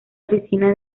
oficina